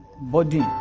body